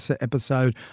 episode